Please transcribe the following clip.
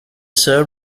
sir